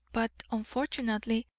but, unfortunately,